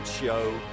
Show